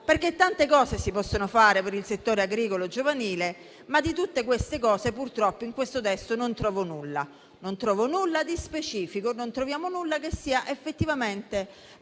perché tante cose si possono fare per il settore agricolo giovanile, ma di tutte queste cose purtroppo nel testo al nostro esame non trovo nulla. Non trovo nulla di specifico, non troviamo nulla che sia effettivamente